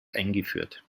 eingeführt